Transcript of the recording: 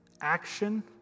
action